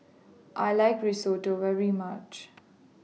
I like Risotto very much